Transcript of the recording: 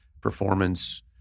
performance